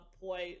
point